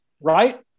Right